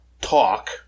Talk